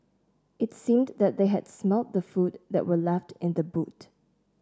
it seemed that they had smelt the food that were left in the boot